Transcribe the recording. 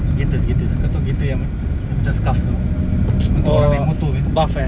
gaiters gaiters kau tahu gaiters yang ma~ macam scarf tu untuk orang naik motor punya